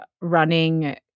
running